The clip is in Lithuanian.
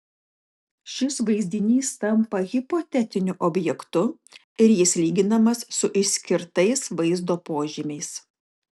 šis vaizdinys tampa hipotetiniu objektu ir jis lyginamas su išskirtais vaizdo požymiais